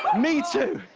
but me too.